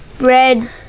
red